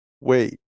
wait